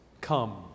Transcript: come